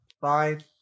fine